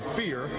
fear